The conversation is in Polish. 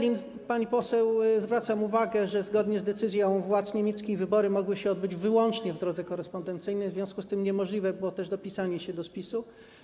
Jeżeli chodzi o Berlin, pani poseł, zwracam uwagę, że zgodnie z decyzją władz niemieckich wybory mogły się odbyć wyłącznie w drodze korespondencyjnej, w związku z tym niemożliwe było też dopisanie się do spisu.